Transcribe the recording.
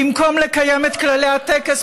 במקום לקיים את כללי הטקס,